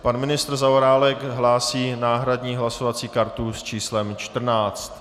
Pan ministr Zaorálek hlásí náhradní hlasovací kartu s číslem 14.